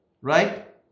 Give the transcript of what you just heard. right